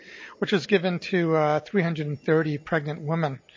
which was given to three hundred and thirty pregnant women.